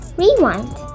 rewind